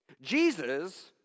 Jesus